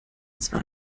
zwar